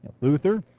Luther